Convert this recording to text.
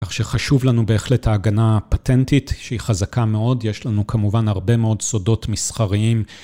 כך שחשוב לנו בהחלט ההגנה הפטנטית שהיא חזקה מאוד, יש לנו כמובן הרבה מאוד סודות מסחריים.